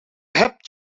hebt